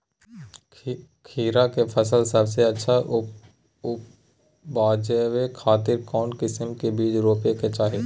खीरा के फसल सबसे अच्छा उबजावे खातिर कौन किस्म के बीज रोपे के चाही?